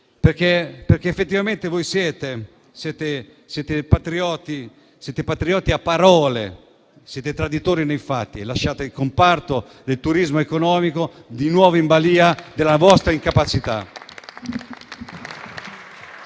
Effettivamente voi siete patrioti a parole, ma siete traditori nei fatti e lasciate il comparto del turismo economico di nuovo in balia della vostra incapacità